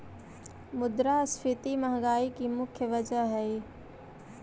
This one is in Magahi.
मुद्रास्फीति महंगाई की मुख्य वजह हई